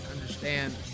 understand